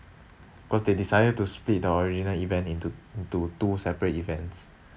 cause they decided to split our original event into into two separate events